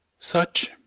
such,